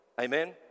Amen